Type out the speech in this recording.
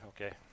Okay